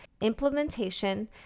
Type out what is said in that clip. implementation